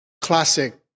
classic